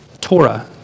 Torah